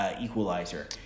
Equalizer